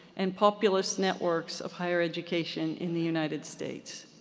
and populous networks of higher education in the united states.